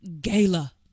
gala